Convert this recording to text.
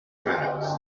minutes